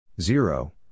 Zero